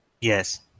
Yes